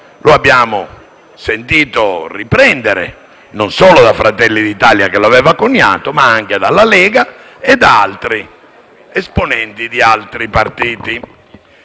Lo abbiamo sentito riprendere, non solo da Fratelli d'Italia che lo aveva coniato, ma anche dalla Lega e da esponenti di altri partiti.